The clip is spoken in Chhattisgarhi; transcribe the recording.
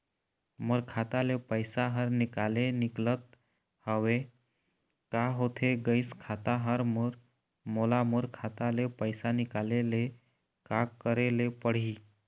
मोर खाता ले पैसा हर निकाले निकलत हवे, का होथे गइस खाता हर मोर, मोला मोर खाता ले पैसा निकाले ले का करे ले पड़ही?